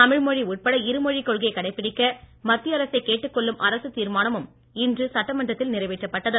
தமிழ் மொழி உட்பட இருமொழிக் கொள்கையை கடைபிடிக்க மத்திய அரசை கேட்டுக் கொள்ளும் அரசுத் தீர்மானமும் இன்று சட்டமன்றத்தில் நிறைவேற்றப்பட்டது